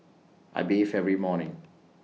I bathe every morning